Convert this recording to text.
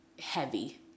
heavy